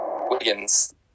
Wiggins